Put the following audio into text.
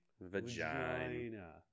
Vagina